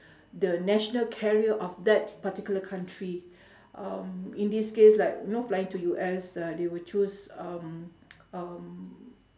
the national carrier of that particular country um in this case like know flying to U_S uh they will choose um um